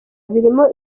birimo